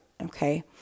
Okay